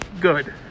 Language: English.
Good